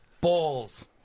Balls